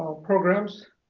programs.